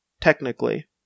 Technically